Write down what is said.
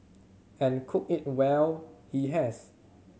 and cook it well he has